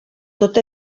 tot